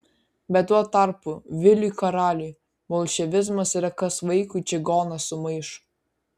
bet tuo tarpu viliui karaliui bolševizmas yra kas vaikui čigonas su maišu